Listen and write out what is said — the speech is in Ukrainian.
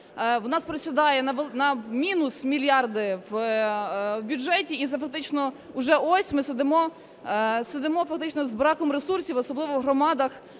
у нас просідає на мінус мільярди в бюджеті і фактично вже ось ми сидимо фактично з браком ресурсів, особливо в громадах,